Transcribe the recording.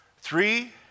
Three